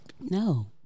No